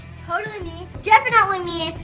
totally me. definitely me.